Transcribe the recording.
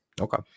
Okay